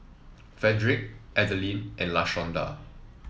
Fredrick Adalyn and Lashonda